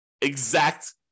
exact